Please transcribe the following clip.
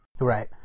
Right